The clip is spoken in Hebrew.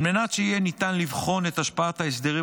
על מנת שיהיה ניתן לבחון את השפעת ההסדרים